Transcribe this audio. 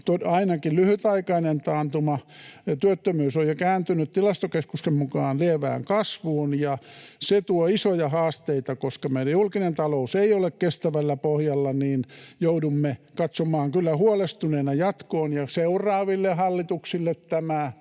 ainakin lyhytaikainen taantuma. Työttömyys on jo kääntynyt Tilastokeskuksen mukaan lievään kasvuun, ja se tuo isoja haasteita. Koska meidän julkinen talous ei ole kestävällä pohjalla, niin joudumme katsomaan kyllä huolestuneena jatkoon, ja seuraaville hallituksille tämä